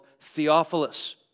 Theophilus